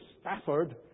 Stafford